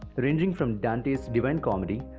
ranging from dante's divine comedy,